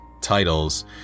titles